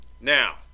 Now